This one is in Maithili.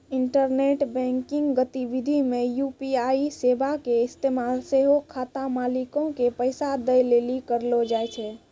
इंटरनेट बैंकिंग गतिविधि मे यू.पी.आई सेबा के इस्तेमाल सेहो खाता मालिको के पैसा दै लेली करलो जाय छै